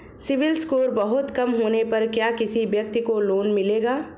CIBIL score बहुत कम होने पर क्या किसी व्यक्ति को लोंन मिलेगा?